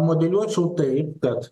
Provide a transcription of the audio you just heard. modeliuočiau taip kad